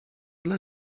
dla